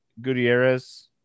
Gutierrez